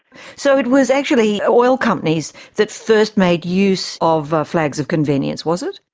so it was actually oil companies that first made use of flags of convenience, was it?